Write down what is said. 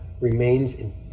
remains